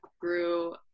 grew